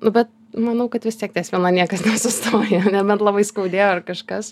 nu bet manau kad vis tiek ties viena niekas nesustoja nebent labai skaudėjo ar kažkas